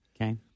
Okay